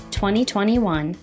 2021